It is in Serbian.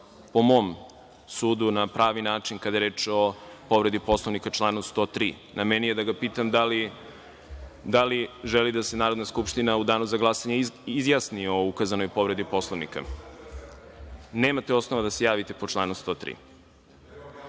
po mom sudu, na pravi način kada je reč o povredi Poslovnika član 103. Na meni je da ga pitam da li želi da se Narodna skupština u danu za glasanje izjasni o ukazanoj povredi Poslovnika. Nemate osnova da se javite po osnovu